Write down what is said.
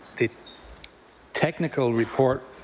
the technical report